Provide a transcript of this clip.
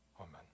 amen